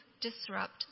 disrupt